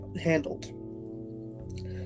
handled